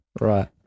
Right